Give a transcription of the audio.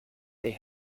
they